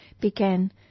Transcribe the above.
began